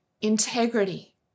Integrity